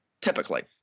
typically